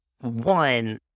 one